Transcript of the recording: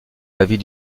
l’avis